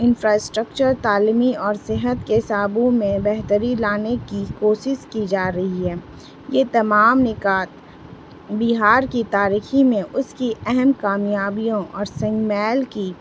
infrastructure تعلیمی اور صحت کے صابو میں بہتری لانے کی کوشس کی جا رہی ہے یہ تمام نکات بہار کی تاریخی میں اس کی اہم کامیابیوں اور سنگمیل کی